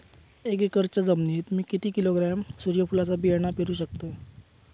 एक एकरच्या जमिनीत मी किती किलोग्रॅम सूर्यफुलचा बियाणा पेरु शकतय?